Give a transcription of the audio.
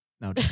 No